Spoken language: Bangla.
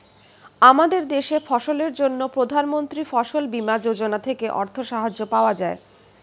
আমাদের দেশে ফসলের জন্য প্রধানমন্ত্রী ফসল বীমা যোজনা থেকে অর্থ সাহায্য পাওয়া যায়